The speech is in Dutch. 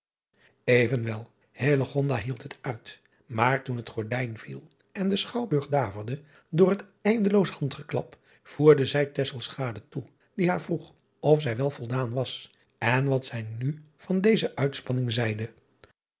venwel hield het uit maar toen het gordijn viel en de chouwburg daverde door het eindeloos handgeklap voerde zij toe die haar vroeg of zij wel voldaan was en wat zij nu van deze uitspanning zeide